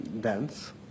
Dance